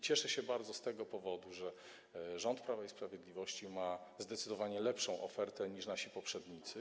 Cieszę się bardzo z tego powodu, że rząd Prawa i Sprawiedliwości ma zdecydowanie lepszą ofertę niż nasi poprzednicy.